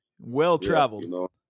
Well-traveled